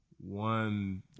one